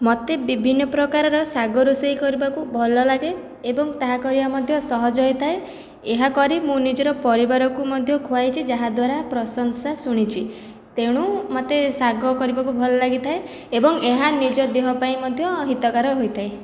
ମୋତେ ବିଭିନ୍ନ ପ୍ରକାରର ଶାଗ ରୋଷେଇ କରିବାକୁ ଭଲ ଲାଗେ ଏବଂ ତାହା କରିବା ମଧ୍ୟ ସହଜ ହୋଇଥାଏ ଏହା କରି ମୁଁ ନିଜର ପରିବାରକୁ ମଧ୍ୟ ଖୁଆଇଛି ଯାହାଦ୍ୱାରା ପ୍ରଶଂସା ଶୁଣିଛି ତେଣୁ ମୋତେ ଶାଗ କରିବାକୁ ଭଲ ଲାଗିଥାଏ ଏବଂ ଏହା ନିଜ ଦେହ ପାଇଁ ମଧ୍ୟ ହିତକର ହୋଇଥାଏ